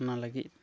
ᱚᱱᱟ ᱞᱟᱹᱜᱤᱫ